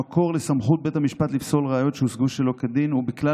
המקור לסמכות בית המשפט לפסול ראיות שהוצגו שלא כדין הוא בכלל